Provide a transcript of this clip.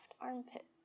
armpit